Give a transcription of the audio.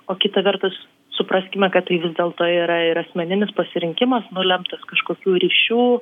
o kita vertus supraskime kad tai vis dėlto yra ir asmeninis pasirinkimas nulemtas kažkokių ryšių